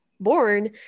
born